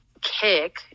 kick